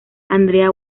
andrea